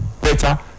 better